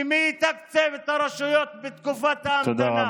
ומי יתקצב את הרשויות בתקופת ההמתנה,